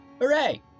Hooray